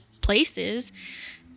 places